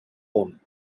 own